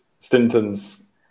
Stinton's